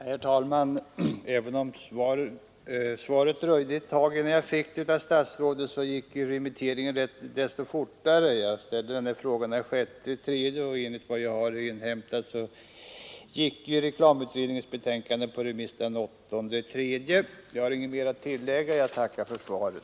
Herr talman! Även om det dröjde innan jag fick statsrådets svar, så skedde denna remiss desto snabbare. Jag ställde den här frågan den 6 mars, och enligt vad jag har inhämtat gick reklamutredningens betänkande ut på remiss den 8 mars. Jag har inget mer att tillägga, och jag tackar för svaret.